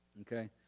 Okay